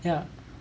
ya